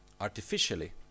artificially